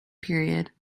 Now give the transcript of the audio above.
period